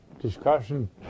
discussion